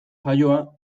jaioa